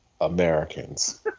Americans